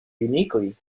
uniquely